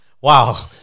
Wow